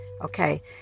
Okay